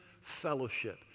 fellowship